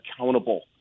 accountable